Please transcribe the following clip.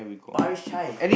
Parish-Chai